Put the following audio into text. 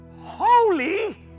holy